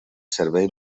servei